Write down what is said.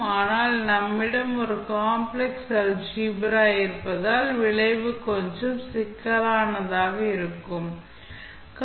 ஆனால் நம்மிடம் ஒரு காம்ப்ளக்ஸ் அல்ஜீப்ரா இருப்பதால் விளைவு கொஞ்சம் சிக்கலானதாக இருக்கலாம்